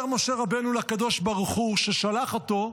אומר משה רבנו לקדוש ברוך הוא, ששלח אותו,